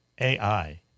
AI